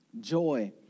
joy